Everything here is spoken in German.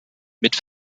mit